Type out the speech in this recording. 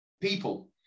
people